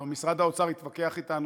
הלוא משרד האוצר התווכח אתנו